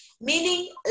meaning